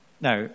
now